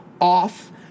off